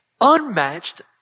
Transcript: unmatched